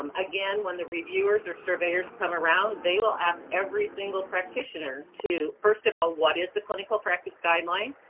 um again, when the reviewers or surveyors come around, they will ask every single practitioner to first of all, what is the clinical practice guideline,